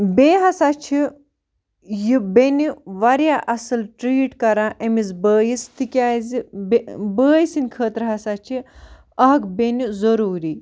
بیٚیہِ ہَسا چھِ یہِ بیٚنہِ واریاہ اَصٕل ٹرٛیٖٹ کَران أمِس بٲیِس تِکیٛازِ بےٚ بٲے سٕںٛدۍ خٲطرٕ ہَسا چھِ اَکھ بیٚنہِ ضٔروٗری